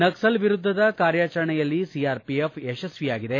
ನಕ್ಸಲ್ ವಿರುದ್ದದ ಕಾರ್ಯಾಚರಣೆಯಲ್ಲಿ ಸಿಆರ್ಪಿಎಫ್ ಯಶಸ್ತಿಯಾಗಿದೆ